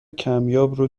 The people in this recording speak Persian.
کمیاب